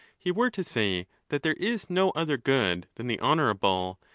he were to say that there is no other good than the honourable,